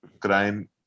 crime